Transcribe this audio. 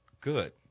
good